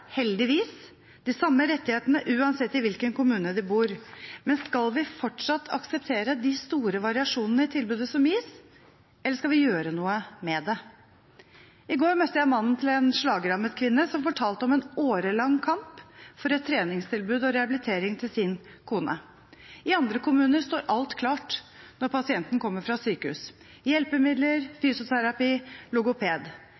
heldigvis, de samme rettighetene uansett i hvilken kommune de bor. Men skal vi fortsatt akseptere de store variasjonene i tilbudet som gis, eller skal vi gjøre noe med det? I går møtte jeg mannen til en slagrammet kvinne, som fortalte om en årelang kamp for et treningstilbud og rehabilitering til sin kone. I andre kommuner står alt klart når pasienten kommer fra sykehus: hjelpemidler,